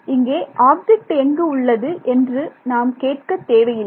இங்கே ஆப்ஜெக்ட் எங்கு உள்ளது என்று நாம் கேட்க தேவையில்லை